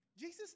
Jesus